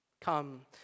come